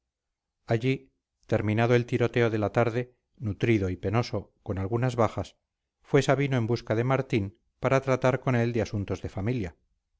allí terminado el tiroteo de la tarde nutrido y penoso con algunas bajas fue sabino en busca de martín para tratar con él de asuntos de familia